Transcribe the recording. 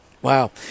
Wow